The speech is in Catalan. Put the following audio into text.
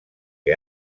que